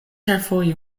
refoje